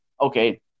okay